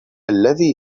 الذي